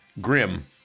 grim